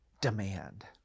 demand